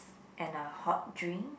and a hot drink